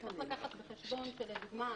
צריך לקחת בחשבון שלמשל,